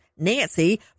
Nancy